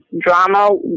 drama